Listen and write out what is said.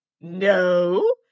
no